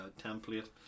template